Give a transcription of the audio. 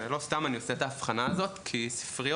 ולא סתם אני עושה את ההבחנה הזאת כי ספריות,